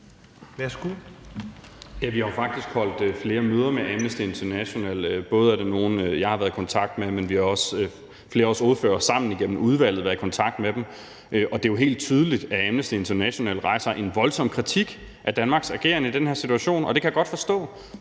Vi har jo faktisk holdt flere møder med Amnesty International. Der er både nogle, som jeg har været i kontakt med, men vi har også været flere ordførere, som sammen igennem udvalget har været i kontakt med dem. Og det er jo helt tydeligt, at Amnesty International rejser en voldsom kritik af Danmarks ageren i den her situation, og det kan jeg godt forstå,